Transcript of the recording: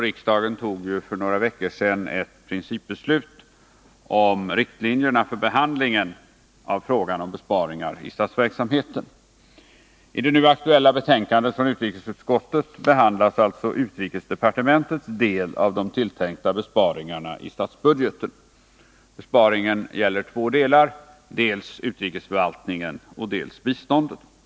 Riksdagen fattade för några veckor sedan principbeslut om riktlinjerna för behandlingen av frågan om besparingar i behandlas utrikesdepartementets del av de tilltänkta besparingarna i Fredagen den statsbudgeten. Besparingarna gäller två delar, dels utrikesförvaltningen, dels 12 december 1980 biståndet.